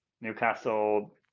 newcastle